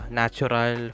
natural